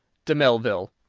de mellville.